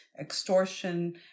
extortion